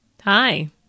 hi